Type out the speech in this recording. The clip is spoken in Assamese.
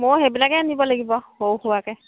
ময়ো সেইবিলাকে আনিব লাগিব সৰু সুৰাকৈ